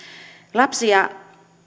lapsi ja